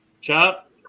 Chop